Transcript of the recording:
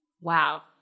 Wow